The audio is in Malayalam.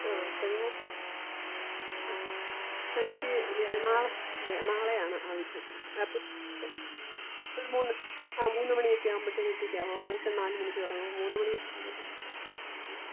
ആ അപ്പഴ് ആ അപ്പം എനിക്ക് നാളെ നാളെയാണ് ആവശ്യം അപ്പം ഒരു മൂന്ന് ആ മൂന്നു മണിയൊക്കെ ആകുമ്പഴെത്തേക്ക് എത്തിക്കാമോ ഫങ്ഷന് നാലുമണിക്ക് തുടങ്ങും അപ്പോൾ മൂന്നു മണിയൊക്കെയാകുമ്പം ഉം